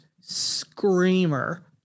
screamer